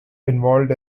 involved